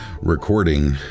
recording